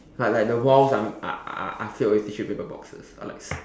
like like the walls are are are filled with tissue paper boxes or like